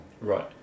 Right